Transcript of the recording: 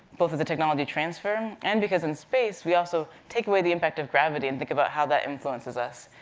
both of the technology transfer, and because in space, we also take away the impact of gravity, and think about how that influences us,